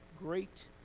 great